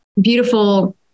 beautiful